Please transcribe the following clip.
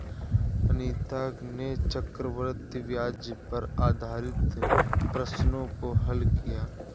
अनीता ने चक्रवृद्धि ब्याज पर आधारित प्रश्नों को हल किया